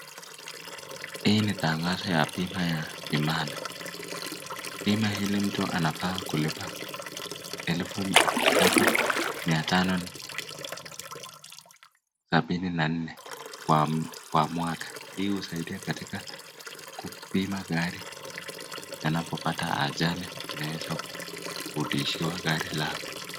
Hii ni tangazo ya bima ya Imani. Bima hii mtu anafaa kulipa elfu saba, mia tano na sabini na nne kwa kwa mwaka. Hii husaidia katika kupima gari, ili anapopata ajali, inaweza kurudishiwa gari lako.